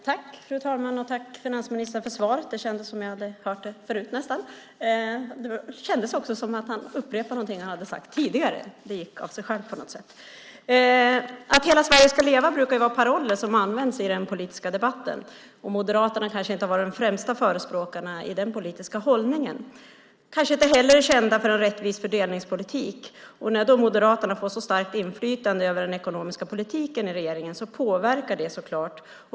Fru talman! Jag tackar finansministern för svaret. Det kändes nästan som att jag hade hört det förut. Det kändes också som att han upprepade någonting han hade sagt tidigare. Det gick av sig självt på något sätt. Att hela Sverige ska leva brukar vara parollen som används i den politiska debatten. Moderaterna kanske inte har varit de främsta förespråkarna av den politiska hållningen. De kanske inte heller är kända för en rättvis fördelningspolitik. När då Moderaterna får så starkt inflytande över den ekonomiska politiken i regeringen påverkar det så klart.